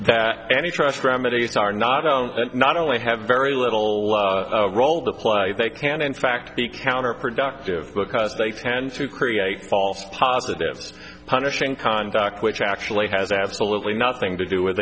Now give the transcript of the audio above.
that any trust remedies are not that not only have very little role to play they can in fact be counterproductive because they tend to create false positives punishing conduct which actually has absolutely nothing to do with